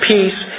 Peace